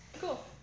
Cool